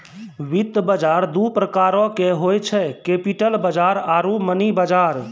वित्त बजार दु प्रकारो के होय छै, कैपिटल बजार आरु मनी बजार